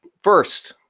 first,